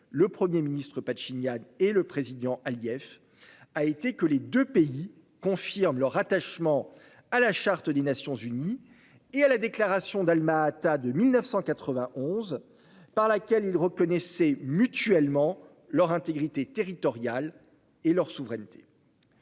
le premier ministre Pachinian et le président Aliyev, a été que les deux pays confirment leur attachement à la Charte des Nations unies et à la déclaration d'Alma-Ata de 1991, par laquelle ils reconnaissaient mutuellement leur intégrité territoriale et leur souveraineté.